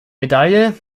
medaille